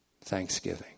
thanksgiving